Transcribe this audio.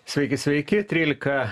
sveiki sveiki trylika